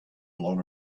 blown